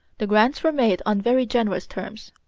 the grants were made on very generous terms,